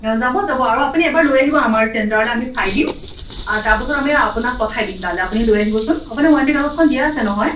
অঁ যাব যাব আৰু আপুনি এবাৰ লৈ আহিব আমাৰ চেণ্টাৰলৈ আমি চাই দিম আৰু তাৰপাছত আমি আপোনাক পঠাই দিম তালৈ আপুনি লৈ আহিবচোন আপুনাক ৱাৰেণ্টি কাগজখন দিয়া আছে নহয়